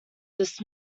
this